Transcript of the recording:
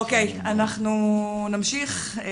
אנחנו נמשיך.